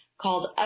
called